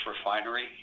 refinery